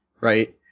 right